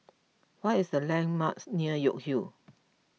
what are the landmarks near York Hill